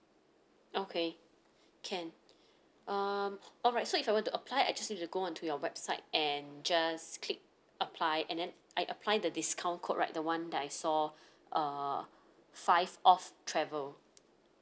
okay can um alright so if I were to apply I just need to go on to your website and just click apply and then I apply the discount code right the one that I saw uh five off travel